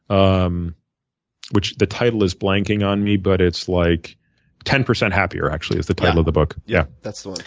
um which the title is blanking on me, but it's like ten percent happier actually is the title of the book. yeah, that's the one.